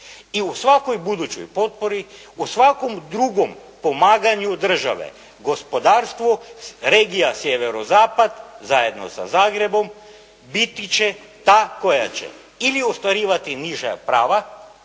I u svakoj budućoj potpori, u svakom drugom pomaganju države, gospodarstvu regija sjevero-zapad zajedno sa Zagrebom, biti će ta koja će ili ostvarivati niža prava,